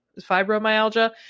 fibromyalgia